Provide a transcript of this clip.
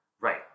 Right